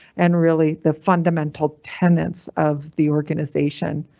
and really, the fundamental tenants of the organization.